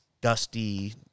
dusty